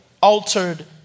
altered